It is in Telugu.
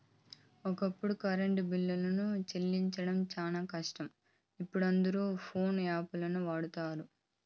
ఒకప్పుడు కరెంటు బిల్లులు సెల్లించడం శానా కష్టం, ఇపుడు అందరు పోన్పే యాపును వాడతండారు